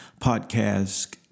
podcast